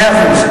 מאה אחוז.